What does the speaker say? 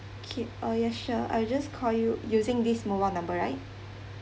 okay oh yes sure I'll just call you using this mobile number right